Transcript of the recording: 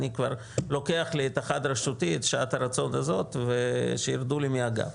אני כבר לוקח לי את החד-רשותי ושירדו לי מהגב.